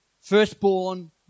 firstborn